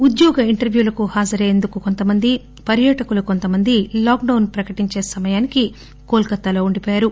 ఉద్యోగ ఇంటర్వ్యూలకు హాజరయ్యేందుకు కొంతమంది పర్యాటకులు కొంతమంది లాక్గౌన్ ప్రకటించే సమయానికి కోల్ కతాలో ఉండి పోయారు